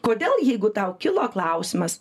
kodėl jeigu tau kilo klausimas